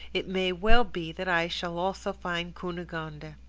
it may well be that i shall also find cunegonde.